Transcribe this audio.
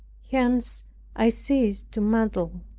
hence i ceased to meddle.